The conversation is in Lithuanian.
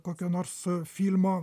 kokio nors filmo